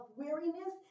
weariness